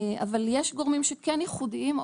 אבל יש גורמים שכן ייחודיים,